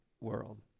world